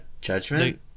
Judgment